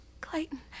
Clayton